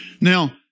Now